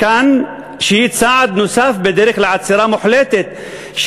מכאן שהיא צעד נוסף בדרך לעצירה מוחלטת של